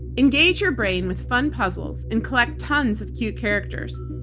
engage your brain with fun puzzles and collect tons of cute characters.